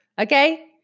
Okay